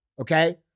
Okay